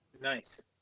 Nice